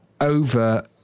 over